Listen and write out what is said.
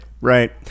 Right